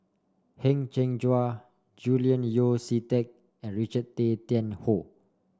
Heng Cheng Hwa Julian Yeo See Teck and Richard Tay Tian Hoe